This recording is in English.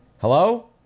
Hello